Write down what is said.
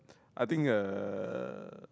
I think uh